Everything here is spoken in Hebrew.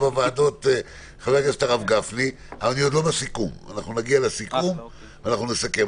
נגיע ונסכם.